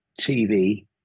TV